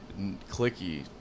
clicky